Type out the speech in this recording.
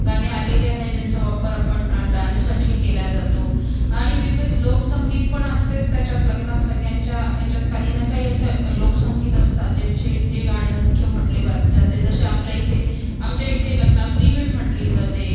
गाणे आलेले आहे ज्यांचा वापर आपण डान्ससाठी केला जातो आणि विविध लोकसंगीत पण असतेच त्याच्यात लग्नात सगळ्यांच्या याच्यात काही ना काही असं लोकसंगीत असतात ज्यांचे जे गाणे मुख्य म्हटले पा जाते जसे आपल्या इथे आमच्या इथे लग्नात विहीण म्हटली जाते